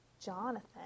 Jonathan